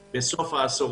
רופאים.